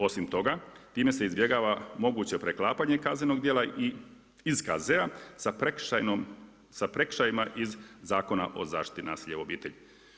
Osim toga, time se izbjegava moguće preklapanja kaznenog dijel i … sa prekršajima iz Zakona o zaštiti nasilja u obitelji.